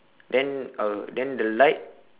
then uh then the light